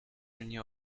renew